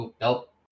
Nope